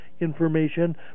information